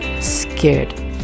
scared